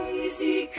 easy